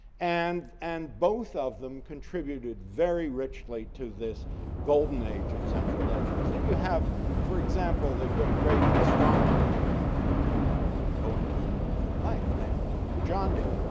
and and both of them contributed very richly to this golden age of central asia. so you have for example, the great great astronomer, right? i and won't go into at length named hojandy,